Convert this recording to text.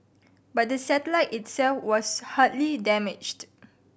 but the satellite itself was hardly damaged